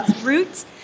roots